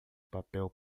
papel